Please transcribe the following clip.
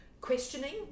questioning